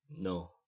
no